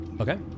Okay